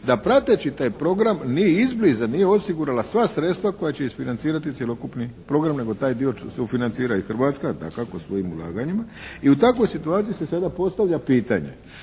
da prateći taj program ni izbliza nije osigurala sva sredstva koja će isfinancirati cjelokupni program nego taj dio sufinancira i Hrvatska, dakako svojim ulaganjima. I u takvoj situaciji se sada postavlja pitanje